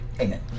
Amen